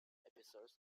episodes